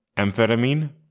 amphetamine,